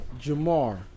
Jamar